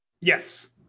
Yes